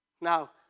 Now